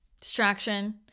Distraction